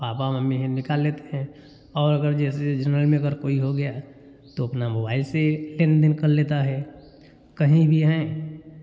पापा मम्मी हैं निकाल लेते हैं और अगर जैसे जिसमें भी अगर कोई हो गया तो अपना मोबाइल से लेन देन कर लेता है कहीं भी हैं